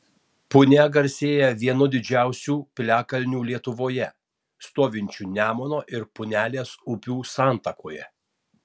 punia garsėja vienu didžiausių piliakalnių lietuvoje stovinčiu nemuno ir punelės upių santakoje